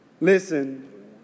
Listen